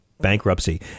bankruptcy